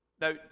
now